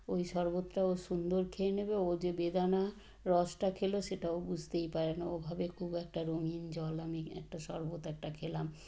ওই শরবতাটা ও সুন্দর খেয়ে নেবে ও যে বেদানা রসটা খেলো সেটা ও বুঝতেই পারে না ও ভাবে খুব একটা রঙিন জল আমি একটা শরবত একটা খেলাম